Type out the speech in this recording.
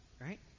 right